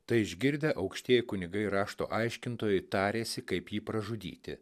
tai išgirdę aukštieji kunigai ir rašto aiškintojai tarėsi kaip jį pražudyti